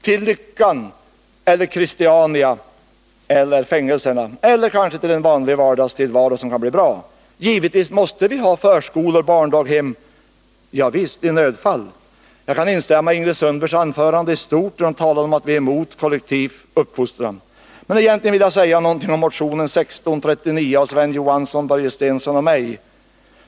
Till lyckan? Eller Christiania? Eller fängelserna? Eller kanske till en vanlig vardagstillvaro, som kan bli bra? Givetvis måste vi ha förskolor och barndaghem. Ja visst, i nödfall. Jag kan i stort instämma i Ingrid Sundbergs anförande, där hon talade om att vi är emot kollektiv uppfostran. Men egentligen ville jag säga något om motion 1639 av Sven Johansson, Börje Stensson och mig.